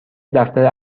دفتر